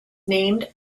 named